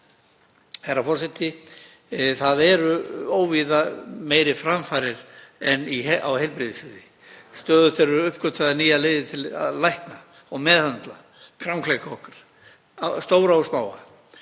Herra forseti. Það eru óvíða meiri framfarir en á heilbrigðissviði. Stöðugt eru uppgötvaðar nýjar leiðir til að lækna og meðhöndla krankleika okkur, stóra og smáa.